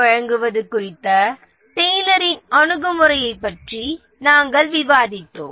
நாம் ஏற்கனவே டெய்லரின் Taylor's அணுகுமுறையி்ன் படி முக்கிய ஊக்கமாக நிதி ஊக்கத்தொகை வழங்குவது பற்றி நாங்கள் விவாதித்தோம்